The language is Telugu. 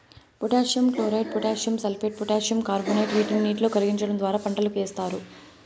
potassium chloride, potassium sulphate, potassium carbonate వీటిని నీటిలో కరిగించడం ద్వారా పంటలకు ఏస్తారు